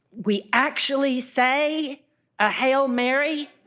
we actually say a hail mary?